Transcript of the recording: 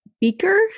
beaker